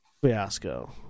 fiasco